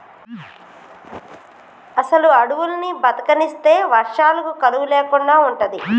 అసలు అడువుల్ని బతకనిస్తే వర్షాలకు కరువు లేకుండా ఉంటది